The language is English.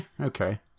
okay